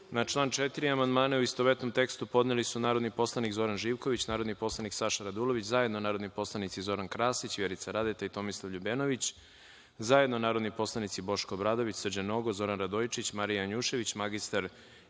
član 3. amandmane u istovetnom tekstu podneli su narodni poslanik Zoran Živković, narodni poslanik Saša Radulović, zajedno narodni poslanici Zoran Krasić, Vjerica Radeta i Tomislav LJubenović, zajedno narodni poslanici Noško Obradović, Srđan Nogo, Zoran Radojičić, Marija Janjušević, mr